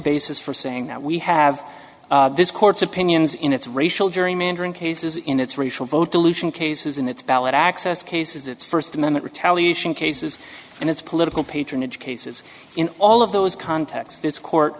basis for saying that we have this court's opinions in its racial gerrymandering cases in its racial vote dilution cases and it's ballot access cases it's first amendment retaliation cases and it's political patronage cases in all of those contexts this court